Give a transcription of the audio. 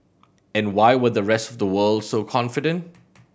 and why were the rest of the world so confident